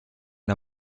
der